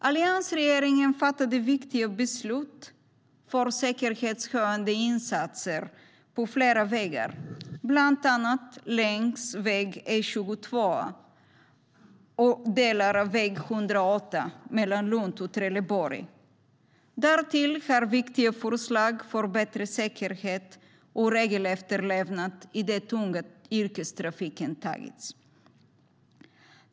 Alliansregeringen fattade viktiga beslut om säkerhetshöjande insatser på flera vägar, bland annat längs väg E22 och delar av väg 108 mellan Lund och Trelleborg. Därtill har viktiga förslag för bättre säkerhet och regelefterlevnad i den tunga yrkestrafiken tagits fram.